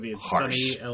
harsh